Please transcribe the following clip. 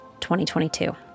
2022